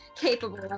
capable